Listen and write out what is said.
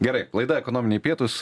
gerai laida ekonominiai pietūs